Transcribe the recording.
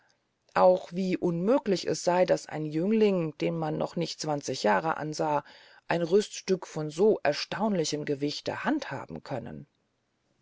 auch wie unmöglich es sey daß ein jüngling dem man noch nicht zwanzig jahre ansah ein rüststück von so erstaunlichem gewicht handhaben können